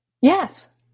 Yes